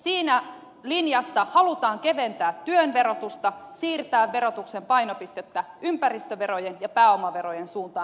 siinä linjassa halutaan keventää työn verotusta siirtää verotuksen painopistettä ympäristöverojen ja pääomaverojen suuntaan